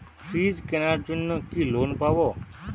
Fridge কেনার জন্য কি লোন পাব?